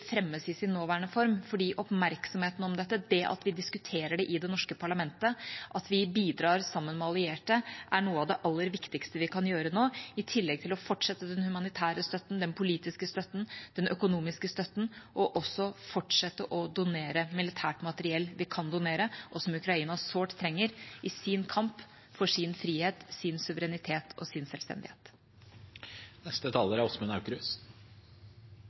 fremmes i sin nåværende form. Oppmerksomheten om dette og det at vi diskuterer det i det norske parlamentet, at vi bidrar sammen med allierte, er noe av det aller viktigste vi kan gjøre nå, i tillegg til å fortsette den humanitære støtten, den politiske støtten, den økonomiske støtten, og også fortsette å donere militært materiell vi kan donere, og som Ukraina sårt trenger i sin kamp for sin frihet, sin suverenitet og sin selvstendighet.